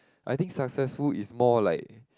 I think successful is more like